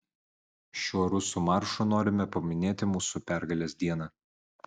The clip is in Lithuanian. šiuo rusų maršu norime paminėti mūsų pergalės dieną